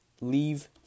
leave